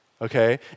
okay